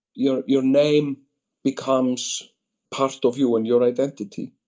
your your name becomes part of you and your identity,